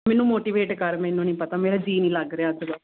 ਮੈਨੂੰ ਮੋਟੀਵੇਟ ਕਰ ਮੈਨੂੰ ਨਹੀਂ ਪਤਾ ਮੇਰਾ ਜੀਅ ਨਹੀਂ ਲੱਗ ਰਿਹਾ ਅੱਜ ਤਾਂ